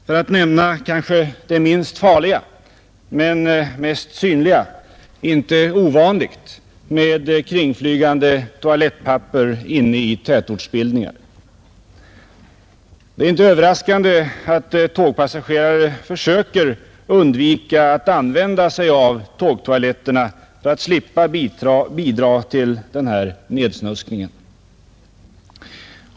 För att nämna det kanske minst farliga men mest synliga är det inte ovanligt med kringflygande toalettpapper inne i tätortsbildningar. Det är inte överraskande att tågpassagerare försöker undvika att använda tågtoaletterna för att slippa bidra till nedsnuskningen.